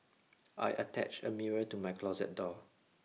I attached a mirror to my closet door